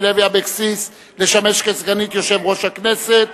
לוי אבקסיס לשמש סגנית יושב-ראש הכנסת,